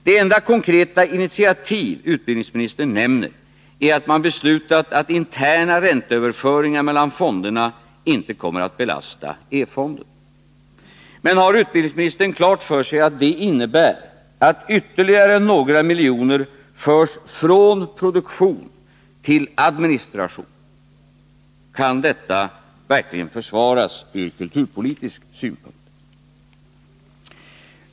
Det enda konkreta initiativ som utbildningsministern nämner är att man har beslutat att interna ränteöverföringar mellan fonderna inte kommer att belasta E-fonden. Men har utbildningsministern klart för sig att det innebär att ytterligare några miljoner förs från produktion till administration? Kan detta verkligen försvaras från kulturpolitisk synpunkt?